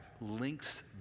links